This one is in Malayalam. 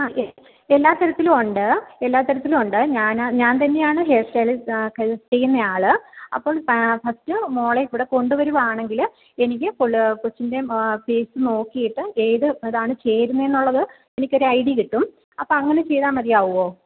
ആ എല്ലാ തരത്തിലും ഉണ്ട് എല്ലാ തരത്തിലും ഉണ്ട് ഞാൻ ഞാൻ തന്നെയാണ് ഹെയർ സ്റ്റൈല് ഹെയർ ചെയ്യുന്നെയാൾ അപ്പം ഫസ്റ്റ് മോളെ ഇവിടെ കൊണ്ടുവരികയാണെങ്കിൽ എനിക്ക് ഫുള്ള് കൊച്ചിൻ്റെ ഫേസ് നോക്കിയിട്ട് ഏത് ഇത് ആണ് ചേരുന്നത് എന്നുള്ളത് എനിക്ക് ഒരു ഐഡിയ കിട്ടും അപ്പോൾ അങ്ങനെ ചെയ്താൽ മതിയാവോ